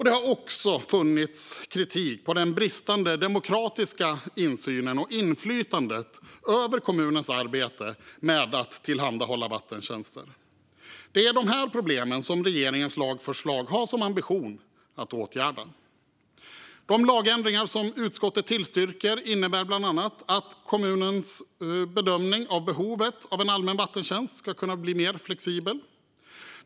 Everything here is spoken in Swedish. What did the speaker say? Det har också funnits kritik mot den bristande demokratiska insynen och inflytandet över kommunens arbete med att tillhandahålla vattentjänster. Det är de här problemen som regeringens lagförslag har som ambition att åtgärda. De lagändringar som utskottet tillstyrker innebär bland annat att kommunens bedömning av behovet av en allmän vattentjänst ska bli mer flexibel.